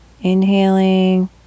Inhaling